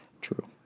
True